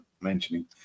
mentioning